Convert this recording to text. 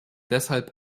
deshalb